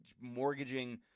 mortgaging